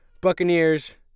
Buccaneers